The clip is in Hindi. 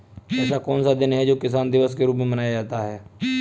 ऐसा कौन सा दिन है जो किसान दिवस के रूप में मनाया जाता है?